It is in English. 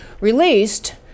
released